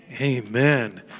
Amen